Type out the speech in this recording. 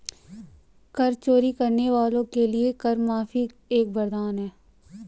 कर चोरी करने वालों के लिए कर माफी एक वरदान है